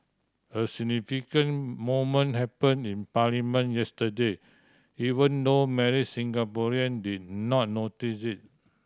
a significant moment happen in parliament yesterday even though many Singaporean did not notice it